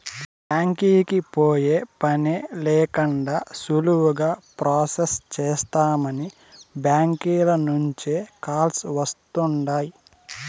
బ్యాంకీకి పోయే పనే లేకండా సులువుగా ప్రొసెస్ చేస్తామని బ్యాంకీల నుంచే కాల్స్ వస్తుండాయ్